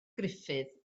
gruffudd